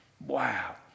Wow